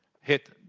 Hit